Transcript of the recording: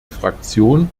fraktion